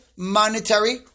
monetary